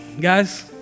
Guys